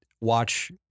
watch